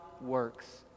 works